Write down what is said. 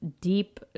deep